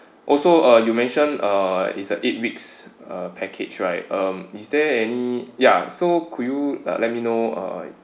also uh you mention uh is a eight weeks uh package right um is there any ya so could you uh let me know uh